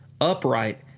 upright